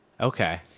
Okay